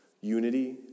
Unity